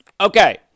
Okay